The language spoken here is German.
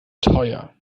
teuer